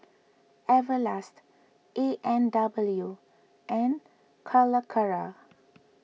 Everlast A and W and Calacara